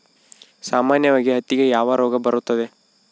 ಸಾಮಾನ್ಯವಾಗಿ ಹತ್ತಿಗೆ ಯಾವ ರೋಗ ಬರುತ್ತದೆ?